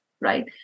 Right